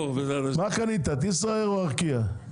קנית את ישראייר או ארקיע?